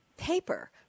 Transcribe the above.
paper